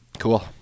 cool